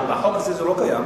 אבל בחוק הזה זה לא קיים.